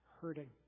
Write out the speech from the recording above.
hurting